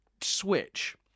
switch